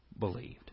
believed